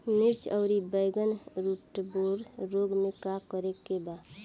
मिर्च आउर बैगन रुटबोरर रोग में का करे के बा?